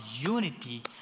unity